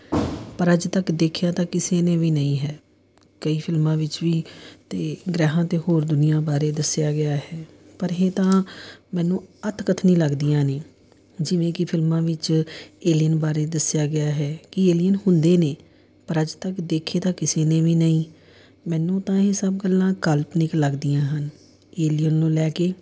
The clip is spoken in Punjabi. ਪਰ ਅੱਜ ਤੱਕ ਦੇਖਿਆ ਤਾਂ ਕਿਸੇ ਨੇ ਵੀ ਨਹੀਂ ਹੈ ਕਈ ਫਿਲਮਾਂ ਵਿੱਚ ਵੀ ਅਤੇ ਗ੍ਰਹਿਆਂ 'ਤੇ ਹੋਰ ਦੁਨੀਆਂ ਬਾਰੇ ਦੱਸਿਆ ਗਿਆ ਹੈ ਪਰ ਇਹ ਤਾਂ ਮੈਨੂੰ ਅੱਤ ਕਥਨੀ ਲੱਗਦੀਆਂ ਨੇ ਜਿਵੇਂ ਕਿ ਫਿਲਮਾਂ ਵਿੱਚ ਏਲੀਅਨ ਬਾਰੇ ਦੱਸਿਆ ਗਿਆ ਹੈ ਕਿ ਏਲੀਅਨ ਹੁੰਦੇ ਨੇ ਪਰ ਅੱਜ ਤੱਕ ਦੇਖੇ ਤਾਂ ਕਿਸੇ ਨੇ ਵੀ ਨਹੀਂ ਮੈਨੂੰ ਤਾਂ ਇਹ ਸਭ ਗੱਲਾਂ ਕਾਲਪਨਿਕ ਲੱਗਦੀਆਂ ਹਨ ਏਲੀਅਨ ਨੂੰ ਲੈ ਕੇ